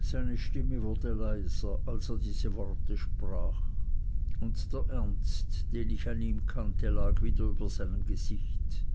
seine stimme wurde leiser als er diese worte sprach und der ernst den ich an ihm kannte lag wieder über seinem gesicht